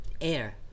air